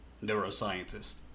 neuroscientist